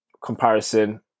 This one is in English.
comparison